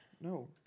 No